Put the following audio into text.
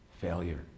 Failure